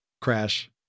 crash